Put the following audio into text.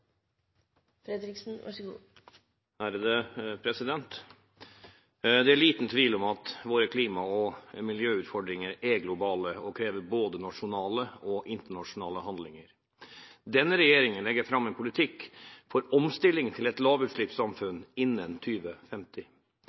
globale og krever både nasjonale og internasjonale handlinger. Denne regjeringen legger fram en politikk for omstilling til et lavutslippssamfunn innen